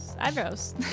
eyebrows